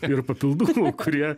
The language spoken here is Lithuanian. ir papildukų kurie